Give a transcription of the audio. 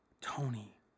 Tony